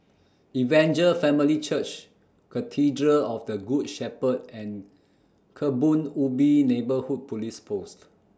Evangel Family Church Cathedral of The Good Shepherd and Kebun Ubi Neighbourhood Police Post